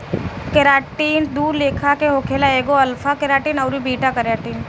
keratin दू लेखा के होखेला एगो अल्फ़ा केराटिन अउरी बीटा केराटिन